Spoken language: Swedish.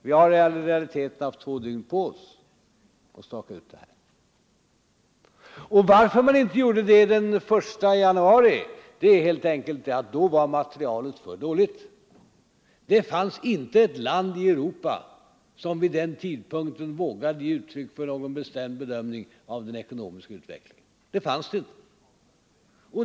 Vi har i realiteten alltså haft två dygn på oss för framläggandet av våra förslag. Att det inte skedde den 11 januari berodde på att materialet då var för dåligt. Inte ett enda land i Europa vågade vid den tidpunkten ge uttryck för någon bestämd bedömning av den ekonomiska utvecklingen.